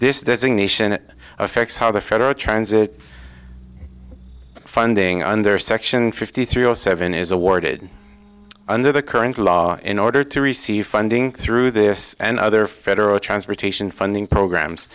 designation it affects how the federal transit funding under section fifty three zero seven is awarded under the current law in order to receive funding through this and other federal transportation funding programs